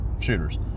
shooters